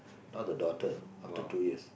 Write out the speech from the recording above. now the daughter after two years